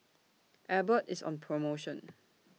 Abbott IS on promotion